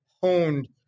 honed